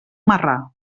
marrà